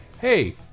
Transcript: Hey